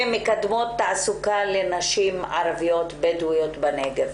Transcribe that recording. שמקדמים תעסוקה לנשים ערביות בדואיות בנגב.